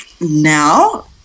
now